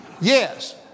Yes